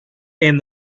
and